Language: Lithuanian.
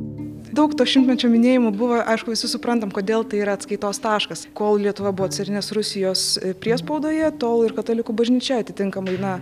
daug to šimtmečio minėjimų buvo aišku visi suprantam kodėl tai yra atskaitos taškas kol lietuva buvo carinės rusijos priespaudoje tol ir katalikų bažnyčia atitinkamai na